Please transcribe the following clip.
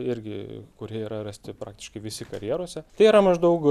irgi kurie yra rasti praktiškai visi karjeruose tai yra maždaug